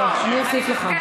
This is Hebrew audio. טוב, אני אוסיף לך.